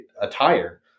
attire